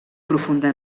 profunda